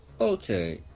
Okay